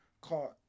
caught